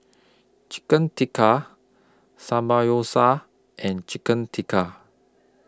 Chicken Tikka and Chicken Tikka